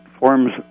forms